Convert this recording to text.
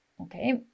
Okay